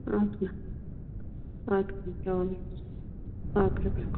اَدٕ کیٛاہ اَدٕ کیٛاہ سلام وعلیکُم اَدٕ کیٛاہ بیٚہہ خۄدایس